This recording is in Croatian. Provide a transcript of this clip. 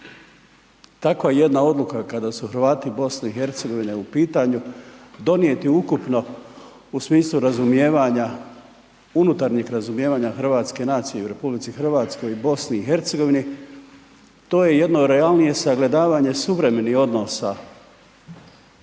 takva jedna odluka, kada su Hrvati BiH u pitanju, donijeti ukupno u smislu razumijevanja unutarnjeg razumijevanja hrvatske nacije u RH i BiH, to je jedno realnije sagledavanje suvremenih odnosa na